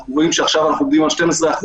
אנחנו רואים שאנחנו עומדים עכשיו על 12%,